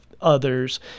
others